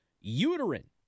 uterine